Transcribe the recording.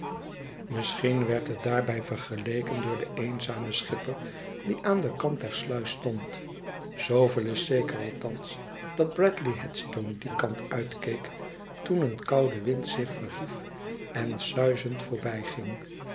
misschien werd het daarbij vergeleken door den eenzamen schipper die aan den kant der sluis stond zooveel is zeker althans dat bradley headstone dien kant uitkeek toen een koude wind zich verhief en suizend